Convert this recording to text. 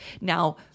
Now-